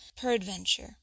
peradventure